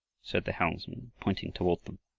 said the helmsman, pointing toward them.